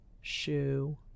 Shoe